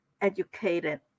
educated